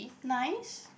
nice